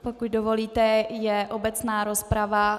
Pokud dovolíte, je obecná rozprava.